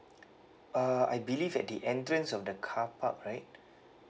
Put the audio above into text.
uh I believe at the entrance of the carpark right